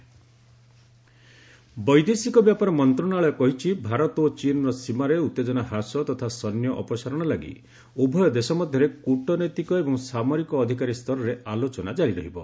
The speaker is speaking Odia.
ଇଣ୍ଡିଆ ଚାଇନା ବୈଦେଶିକ ବ୍ୟାପାର ମନ୍ତ୍ରଣାଳୟ କହିଛି ଭାରତ ଓ ଚୀନ୍ର ସୀମାରେ ଉତ୍ତେଜନା ହ୍ରାସ ତଥା ସୈନ୍ୟ ଅପସାରଣ ଲାଗି ଉଭୟ ଦେଶ ମଧ୍ୟରେ କୃଟନୈତିକ ଏବଂ ସାମରିକ ଅଧିକାରୀ ଆଲୋଚନା ଜାରି ରହିବ